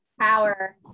power